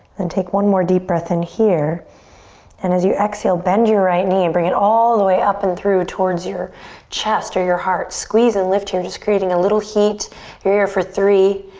then take one more deep breath in here and as you exhale, bend your right knee. and bring it all the way up and through towards your chest or your heart. squeeze and lift here just creating a little heat. you're here for three,